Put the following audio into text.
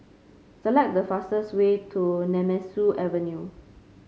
select the fastest way to Nemesu Avenue